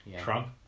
Trump